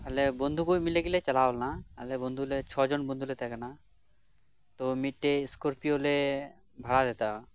ᱟᱞᱮ ᱵᱚᱱᱫᱷᱩ ᱠᱚ ᱢᱤᱞᱮ ᱜᱮᱞᱮ ᱪᱟᱞᱟᱣ ᱞᱮᱱᱟ ᱟᱞᱮ ᱵᱚᱱᱫᱷᱩᱞᱮ ᱪᱷᱚ ᱡᱚᱱ ᱵᱚᱱᱫᱷᱩᱞᱮ ᱛᱟᱦᱮᱸ ᱠᱟᱱᱟ ᱛᱚ ᱢᱤᱜᱴᱮᱡ ᱥᱠᱚᱨ ᱯᱤᱭᱚ ᱞᱮ ᱵᱷᱟᱲᱟ ᱞᱮᱫᱟ